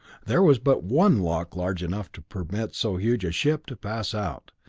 there was but one lock large enough to permit so huge a ship to pass out,